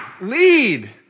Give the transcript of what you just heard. lead